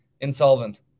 insolvent